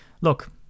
look